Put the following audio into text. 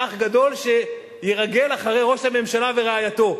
"אח גדול" שירגל אחרי ראש הממשלה ורעייתו,